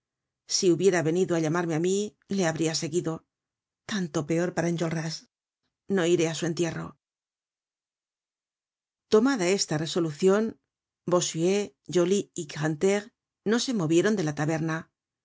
si hubiera venido á llamarme á mí le habria seguido tanto peor para enjolras no iré á su entierro tomada esta resolucion bossuet joly y grantaire no se movieron de la taberna